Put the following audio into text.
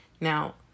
now